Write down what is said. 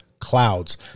clouds